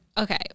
Okay